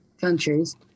countries